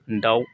दाउ